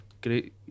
great